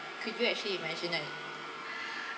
could you actually imagine that